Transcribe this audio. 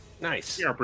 Nice